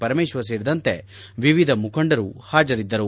ಪರಮೇಶ್ವರ್ ಸೇರಿದಂತೆ ವಿವಿಧ ಮುಖಂಡರು ಹಾಜರಿದ್ದರು